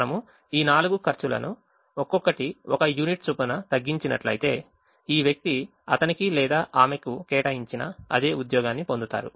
మనము ఈ నాలుగు ఖర్చులను ఒక్కొక్కటి 1 యూనిట్ చొప్పున తగ్గించినట్లయితే ఈ వ్యక్తి అతనికి లేదా ఆమెకు కేటాయించినా అదే ఉద్యోగాన్ని పొందుతారు